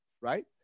right